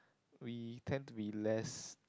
we tend to be less